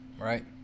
right